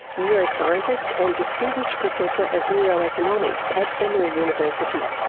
neuroscientist and distinguished professor of neuroeconomics at emory university.